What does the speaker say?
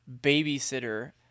babysitter